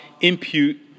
impute